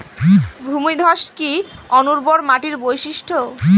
ভূমিধস কি অনুর্বর মাটির বৈশিষ্ট্য?